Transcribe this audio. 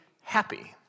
happy